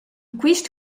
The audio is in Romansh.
quist